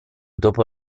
dopo